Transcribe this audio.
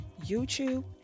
YouTube